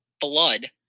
blood